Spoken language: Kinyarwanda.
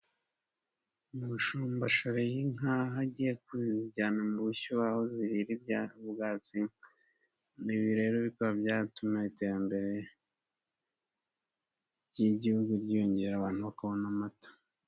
Umushumba ashoreye inka aho agiye kujyana mu bushyo aho zirira ubwatsi, ibi rero bikaba byatuma iterambere ry'igihugu ryiyongera, abantu bakabona amata.